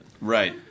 Right